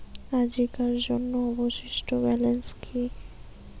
আজিকার জন্য অবশিষ্ট ব্যালেন্স কি?